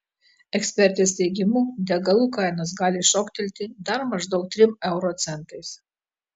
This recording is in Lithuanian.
ekspertės teigimu degalų kainos gali šoktelti dar maždaug trim euro centais